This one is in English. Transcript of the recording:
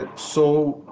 ah so